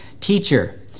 teacher